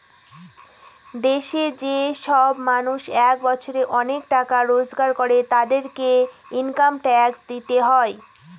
দেশে যে সব মানুষ এক বছরে অনেক টাকা রোজগার করে, তাদেরকে ইনকাম ট্যাক্স দিতে হয়